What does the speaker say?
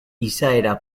izaera